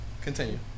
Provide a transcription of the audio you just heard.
Continue